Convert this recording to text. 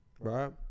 right